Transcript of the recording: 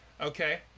Okay